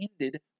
ended